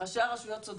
ראשי הרשויות צודקים,